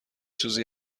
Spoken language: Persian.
سوزی